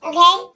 Okay